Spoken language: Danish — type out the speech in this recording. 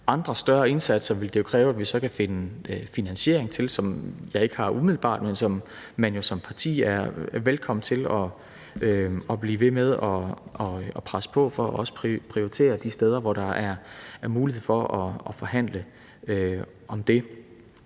andre større indsatser vil det jo kræve at vi kan finde finansiering til, som jeg ikke har umiddelbart, men man er jo som parti velkommen til at blive ved med at presse på for at få prioriteret det de steder, hvor der er mulighed for at forhandle om det.